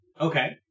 Okay